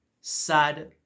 sad